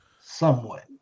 somewhat